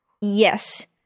Yes